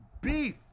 beef